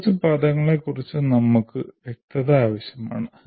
കുറച്ച് പദങ്ങളെക്കുറിച്ച് നമുക്ക് വ്യക്തത ആവശ്യമാണ്